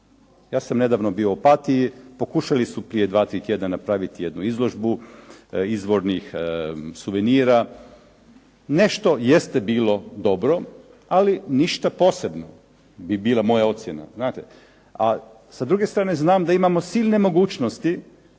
Ja sam nedavno bio u Opatiji. Pokušali su prije dva, tri tjedna napraviti jednu izložbu izvornih suvenira. Nešto jeste bilo dobro, ali ništa posebno bi bila moja ocjena. Znate. A sa druge strane znam da imamo silne mogućnosti